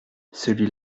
celui